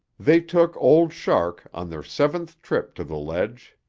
they took old shark on their seventh trip to the ledge.